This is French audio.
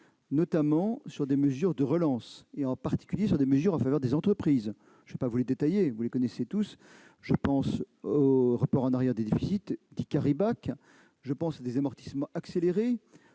notamment sur des mesures de relance, en particulier en faveur des entreprises. Je ne vais pas les détailler, car vous les connaissez tous. Je pense au report en arrière des déficits, dit «», à des amortissements accélérés,